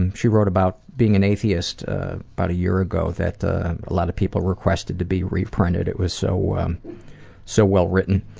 and she wrote about being an atheist about a year ago that a lot of people requested to be reprinted, it was so well so well written.